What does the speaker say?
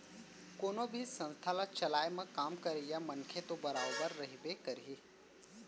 कोनो भी संस्था ल चलाए म काम करइया मनसे तो बरोबर रहिबे करही